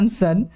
son